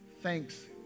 thanks